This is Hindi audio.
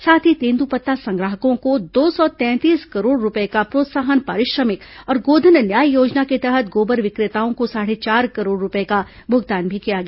साथ ही तेंद्रपत्ता संग्राहकों को दो सौ तैंतीस करोड़ रूपए का प्रोत्साहन पारिश्रमिक और गोधन न्याय योजना के तहत गोबर विक्रेताओं को साढ़े चार करोड़ रूपए का भुगतान भी किया गया